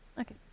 Okay